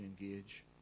engage